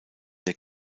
der